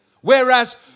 Whereas